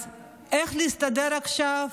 אז איך להסתדר עכשיו?